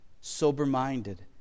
sober-minded